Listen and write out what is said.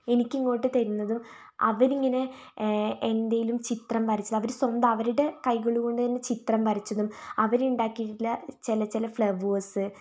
എനിക്കിങ്ങോട്ട് തരുന്നതും അവരിങ്ങനെ എന്തെങ്കിലും ചിത്രം വരച്ചത് അവർ സ്വന്തം അവരുടെ കൈകൾകൊണ്ട് തന്നെ ചിത്രം വരച്ചതും അവരുണ്ടാക്കിയിട്ടുള്ള ചില ചില ഫ്ളവേഴ്സ്